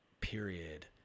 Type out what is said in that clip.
period